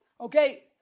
Okay